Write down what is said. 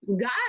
god